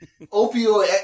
Opioid